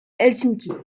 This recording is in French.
helsinki